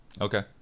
okay